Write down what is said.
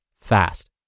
fast